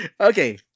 Okay